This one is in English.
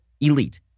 elite